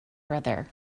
brother